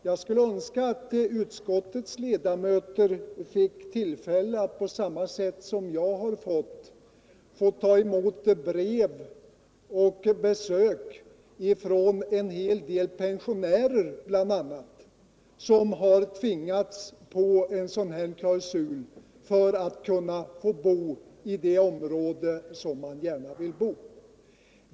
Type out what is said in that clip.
Jag skulle önska att utskottets ledamöter fick tillfälle att på samma sätt som jag få ta emot brev från och besök av bl.a. en hel del pensionärer, som påtvingats den här klausulen för att de skall få bo i det område där de gärna vill bo.